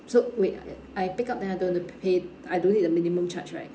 so wait ya I pick up then I don't want to p~ pay I don't need the minimum charge right